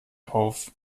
auf